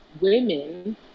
women